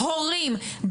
הורים,